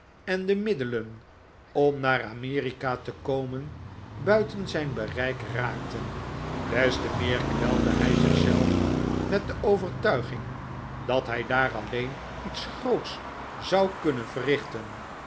en de middelen om naar amerika te komen buiten zijn bereik raakten des te meer kwelde hij zich zelf met de overtuiging dat hij daar alleen iets groots zou kunnen verrichten